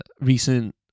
recent